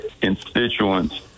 constituents